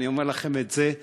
ואני אומר לכם את זה,